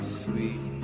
sweet